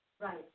Right